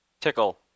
Tickle